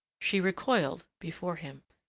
she recoiled before him.